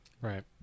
Right